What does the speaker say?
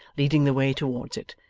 leading the way towards it,